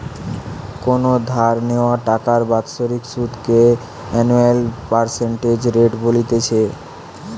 কোনো ধার নেওয়া টাকার বাৎসরিক সুধ কে অ্যানুয়াল পার্সেন্টেজ রেট বলতিছে